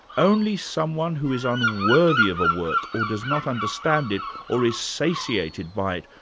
only someone who is unworthy of a work or does not understand it, or is satiated by it,